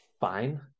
fine